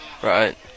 Right